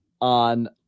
on